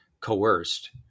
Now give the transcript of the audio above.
coerced